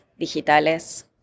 Digitales